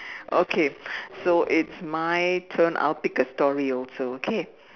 okay so it's my turn I'll pick a story also okay